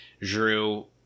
Drew